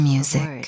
Music